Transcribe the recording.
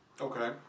Okay